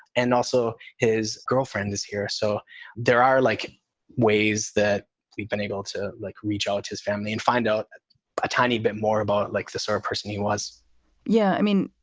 and also his girlfriend is here. so there are like ways that we've been able to, like, reach out to his family and find out a tiny bit more about, like, the sort of person he was yeah. i mean,